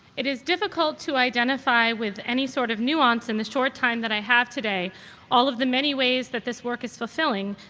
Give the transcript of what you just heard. it is difficult to identify with any sort of nuance in the short time that i have today all of the many ways that this work is fulfilling,